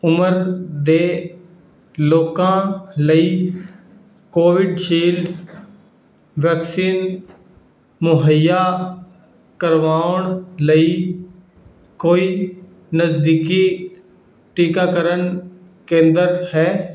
ਉਮਰ ਦੇ ਲੋਕਾਂ ਲਈ ਕੋਵਿਸ਼ਿਲਡ ਵੈਕਸੀਨ ਮੁਹੱਈਆ ਕਰਵਾਉਣ ਲਈ ਕੋਈ ਨਜ਼ਦੀਕੀ ਟੀਕਾਕਰਨ ਕੇਂਦਰ ਹੈ